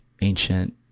ancient